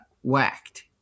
whacked